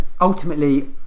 Ultimately